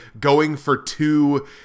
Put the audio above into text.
going-for-two